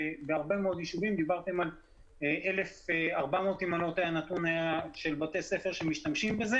דיברתם על 1,400 בתי ספר שמשתמשים בזה